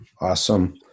Awesome